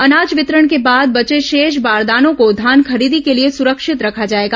अनाज वितरण के बाद बचे शेष बारदानों को धान खरीदी के लिए सुरक्षित रखा जाएगा